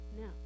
No